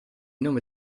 nome